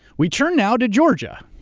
we turn now to georgia,